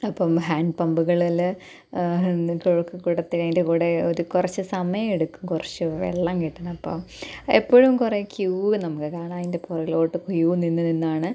അപ്പോള് ഹാൻ പമ്പുകളില് എന്നിട്ട് കുടുത്തിനേൻ്റെ കൂടെ ഒരു കുറച്ച് സമയം എടുക്കും കുറച്ച് വെള്ളം കിട്ടണം അപ്പോള് എപ്പോഴും കുറേ ക്യൂവ് നമുക്ക് കാണാം അതിൻ്റെ പുറകിലോട്ട് ക്യൂവ് നിന്നുനിന്നാണ്